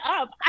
up